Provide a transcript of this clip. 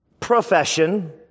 profession